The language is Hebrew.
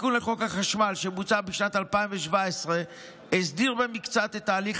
התיקון לחוק החשמל שבוצע בשנת 2017 הסדיר במקצת את תהליך